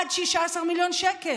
עד 16 מיליון שקל,